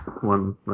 one